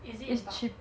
is it in bulk